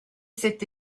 cette